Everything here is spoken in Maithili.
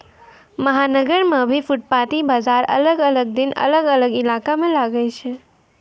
महानगर मॅ भी फुटपाती बाजार अलग अलग दिन अलग अलग इलाका मॅ लागै छै